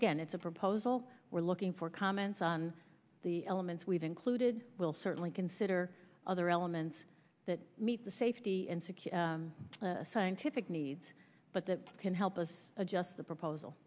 again it's a proposal we're looking for comments on the elements we've included we'll certainly consider other elements that meet the safety and secure scientific needs but that can help us adjust the proposal